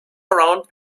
around